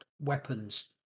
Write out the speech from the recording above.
weapons